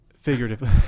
figuratively